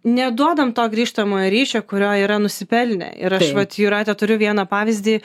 neduodam to grįžtamojo ryšio kurio yra nusipelnę ir aš vat jūrate turiu vieną pavyzdį